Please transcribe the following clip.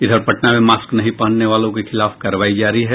इधर पटना में मास्क नहीं पहनने वालों के खिलाफ कार्रवाई जारी है